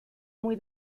muy